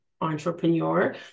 entrepreneur